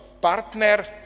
partner